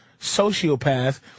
sociopath